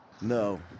No